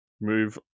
move